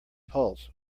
pulse